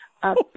up